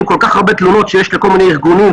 כל כך הרבה תלונות שיש לכל מיני ארגונים,